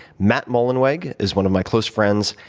matt mullenweg is one of my close friends.